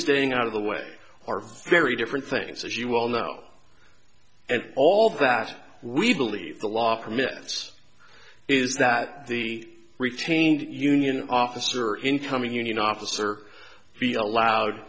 staying out of the way are very different things as you well know and all that we believe the law permits is that the retained union officer or incoming union officer be allowed